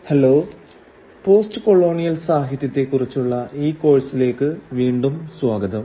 hello post colonial സാഹിത്യത്തെക്കുറിച്ചുള്ള ഈ കോഴ്സിലേക്ക് വീണ്ടും സ്വാഗതം